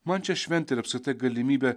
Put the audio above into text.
man čia šventė ir apskritai galimybė